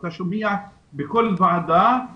אתה שומע בכל ועדה על